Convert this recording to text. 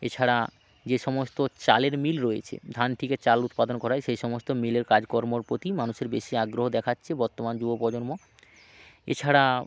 এছাড়া যে সমস্ত চালের মিল রয়েচে ধান থেকে চাল উৎপাদন করা হয় সেই সমস্ত মিলের কাজ কর্মর প্রতি মানুষের বেশি আগ্রহ দেখাচ্ছে বর্তমান যুব প্রজন্ম এছাড়া